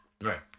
Right